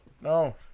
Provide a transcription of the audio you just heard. No